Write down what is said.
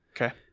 Okay